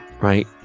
Right